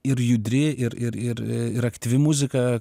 ir judri ir ir ir ir aktyvi muzika